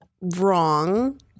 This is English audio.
Wrong